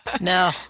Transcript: No